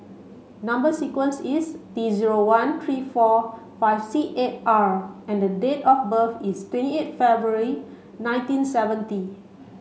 number sequence is T zero one three four five six eight R and date of birth is twenty eight February nineteen seventy